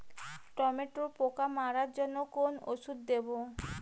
টমেটোর পোকা মারার জন্য কোন ওষুধ দেব?